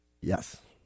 Yes